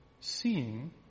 seeing